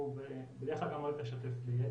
שהוא בדרך כלל גם אוהב לשתף בידע,